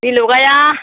दै लगाया